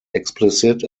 explicit